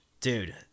Dude